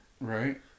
right